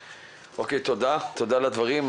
אוקיי, תודה, תודה על הדברים.